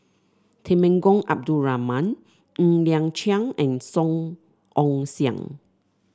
Temenggong Abdul Rahman Ng Liang Chiang and Song Ong Siang